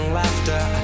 laughter